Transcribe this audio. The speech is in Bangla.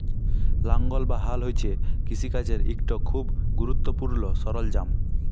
লাঙ্গল বা হাল হছে কিষিকাজের ইকট খুব গুরুত্তপুর্ল সরল্জাম